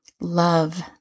love